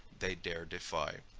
they dare defy.